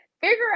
figure